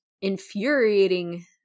infuriating